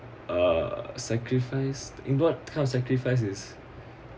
uh sacrifice in what kind of sacrifice is